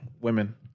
women